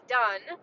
done